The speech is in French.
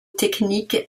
technique